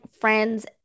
friends